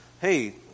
Hey